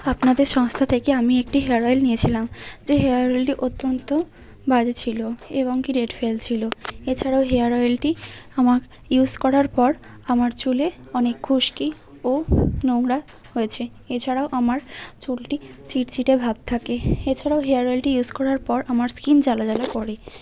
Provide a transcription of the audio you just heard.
আপনাদের সংস্থা থেকে আমি একটি হেয়ার অয়েল নিয়েছিলাম যে হেয়ার অয়েলটি অত্যন্ত বাজে ছিল এবং কি রেট ফেলছিল এছাড়াও হেয়ার অয়েলটি আমার ইউজ করার পর আমার চুলে অনেক খুশকি ও নোংরা হয়েছে এছাড়াও আমার চুলটি চিটচিটে ভাব থাকে এছাড়াও হেয়ার অয়েলটি ইউজ করার পর আমার স্কিন জ্বালা জ্বালা করে